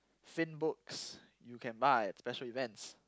thin books you can buy at special events